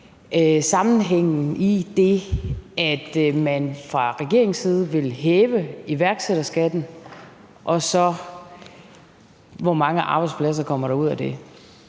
sammenhængen mellem det, at man fra regeringens side vil hæve iværksætterskatten, og så hvor mange arbejdspladser der kommer ud af det.